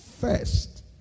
first